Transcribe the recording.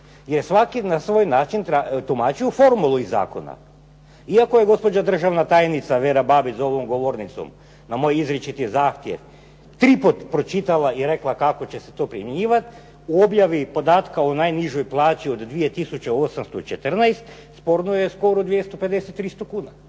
Jer svaki na svoj način tumači formulu iz zakona. Iako je gospođa državna tajnica Vera Babić za ovom govornicom na moj izričiti zahtjev tri puta pročitala i rekla kako će se to primjenjivati u objavi podataka o najnižoj plaći od 2 tisuće 814, sporno je skoro 250, 300 kuna.